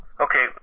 okay